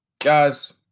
Guys